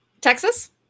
Texas